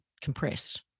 compressed